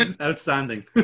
Outstanding